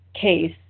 case